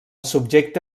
subjecte